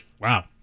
Wow